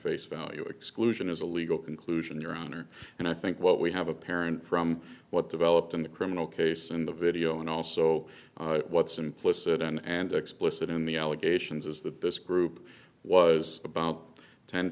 face value exclusion as a legal conclusion your honor and i think what we have apparent from what developed in the criminal case in the video and also what's implicit and explicit in the allegations is that this group was about ten